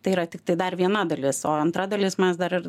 tai yra tiktai dar viena dalis o antra dalis mes dar ir